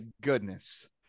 goodness